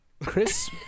Chris